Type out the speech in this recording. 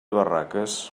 barraques